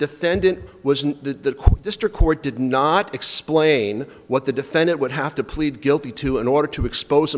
defendant was in the district court did not explain what the defendant would have to plead guilty to in order to expose